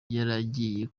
yaragiye